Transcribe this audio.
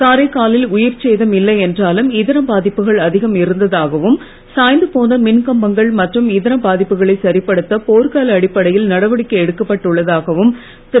காரைக்காலில் உயிர்ச் சேதம் இல்லை என்றாலும் இதர பாதிப்புகள் அதிகம் இருந்ததாகவும் சாய்ந்து போன மின்கம்பங்கள் மற்றும் இதர பாதிப்புகளை சரிப்படுத்த போர்க்கால அடிப்படையில் நடவடிக்கை எடுக்கப்பட்டு உள்ளதாகவும் திரு